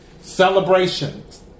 Celebrations